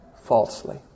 falsely